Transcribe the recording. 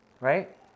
right